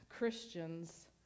Christians